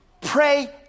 pray